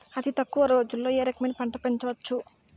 అతి తక్కువ రోజుల్లో ఏ రకమైన పంట పెంచవచ్చు?